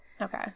Okay